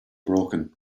broken